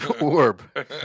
Orb